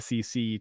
SEC